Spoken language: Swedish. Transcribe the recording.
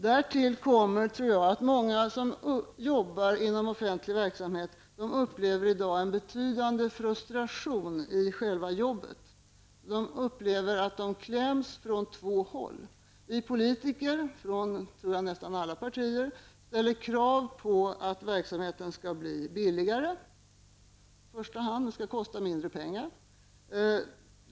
Därtill kommer, tror jag att många som jobbar inom offentlig verksamhet i dag upplever en betydande frustration i själva jobbet. De upplever att de kläms från två håll. Vi politiker, från nästan alla partier tror jag, ställer krav på att verksamheten i första hand skall bli billigare. Den skall kosta mindre pengar.